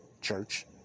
Church